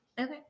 okay